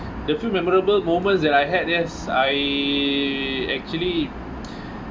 the few memorable moments that I had yes I actually